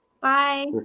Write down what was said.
Bye